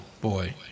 boy